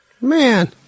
Man